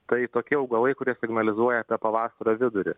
tai tokie augalai kurie signalizuoja apie pavasario vidurį